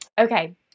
Okay